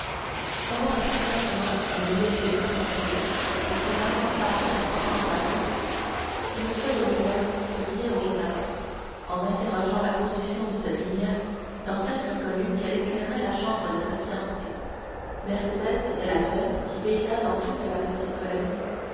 comment un pressentiment ne disait-il pas à mercédès que son amant passait à trois cents pas d'elle une seule lumière brillait aux catalans en interrogeant la position de cette lumière dantès reconnut qu'elle éclairait la chambre de sa fiancée mercédès était la seule qui veillât dans toute la petite colonie